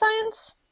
science